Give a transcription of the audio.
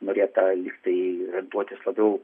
norėta lygtai orientuotis labiau